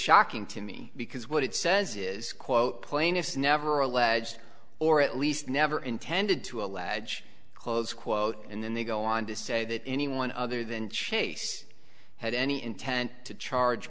shocking to me because what it says is quote plaintiffs never alleged or at least never intended to allege close quote and then they go on to say that anyone other than chase had any intent to charge